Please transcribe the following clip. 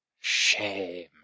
Shame